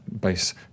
base